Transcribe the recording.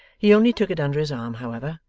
he only took it under his arm, however,